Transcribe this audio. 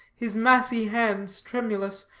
his massy hands tremulous,